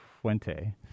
Fuente